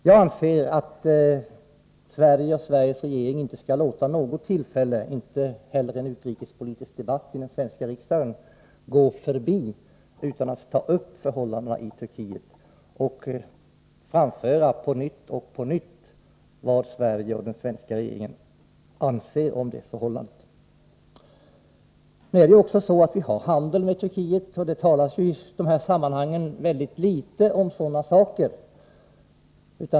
Jag anser att Sverige och Sveriges regering inte skall låta något tillfälle — inte heller en utrikespolitisk debatt i den svenska riksdagen -— gå sig förbi utan att ta upp förhållandena i Turkiet och gång på gång framföra vad Sverige och den svenska regeringen anser om dessa förhållanden. Vi har handel med Turkiet, och det talas i dessa sammanhang mycket litet om sådant.